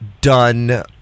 done